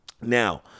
Now